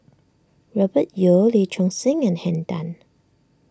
Robert Yeo Lee Choon Seng and Henn Tan